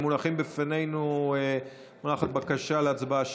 מונחת בפנינו בקשה להצבעה שמית.